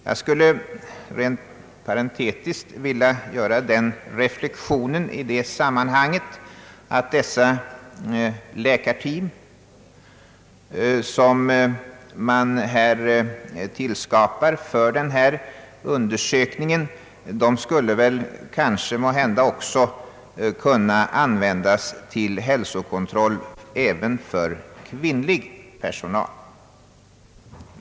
Jag vill rent parentetiskt göra den reflexionen att de läkarteam som man här tillskapar för denna undersökning kanske också skulle kunna användas även för hälsokontroll av kvinnor i motsvarande ålder.